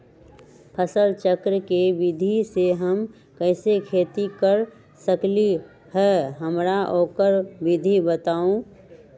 फसल चक्र के विधि से हम कैसे खेती कर सकलि ह हमरा ओकर विधि बताउ?